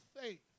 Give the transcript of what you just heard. faith